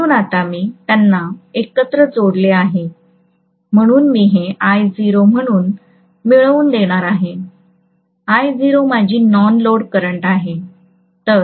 म्हणून आता मी त्यांना एकत्र जोडले आहे म्हणून मी हे I0 म्हणून मिळवून देणार आहे I0 माझी नॉन लोड करंट आहे